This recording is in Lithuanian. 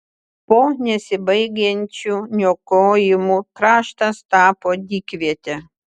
po nesibaigiančių niokojimų kraštas tapo dykviete